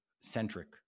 centric